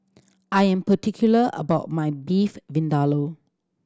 I am particular about my Beef Vindaloo